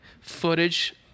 footage